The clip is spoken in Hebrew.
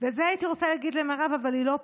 ואת זה הייתי רוצה להגיד למירב אבל היא לא פה,